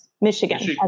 Michigan